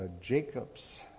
Jacob's